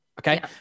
Okay